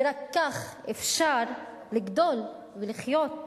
ורק כך אפשר לגדול, ולחיות,